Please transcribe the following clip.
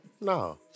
No